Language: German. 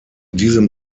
diesem